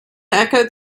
echoed